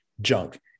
junk